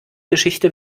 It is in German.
geschichte